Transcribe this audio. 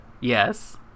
Yes